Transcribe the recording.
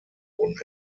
wurden